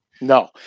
No